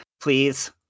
please